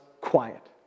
quiet